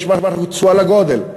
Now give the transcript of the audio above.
יש כבר תשואה לגודל,